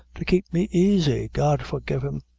to kape me aisy! god forgive him!